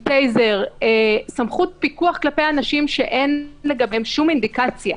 עם טייזר סמכות פיקוח כלפי אנשים שאין לגביהם שום אינדיקציה.